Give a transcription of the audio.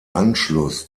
anschluss